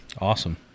Awesome